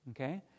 Okay